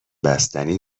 بستنی